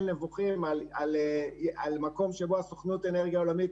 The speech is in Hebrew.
נבוכים על מקום שבו סוכנות האנרגיה העולמית